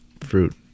fruit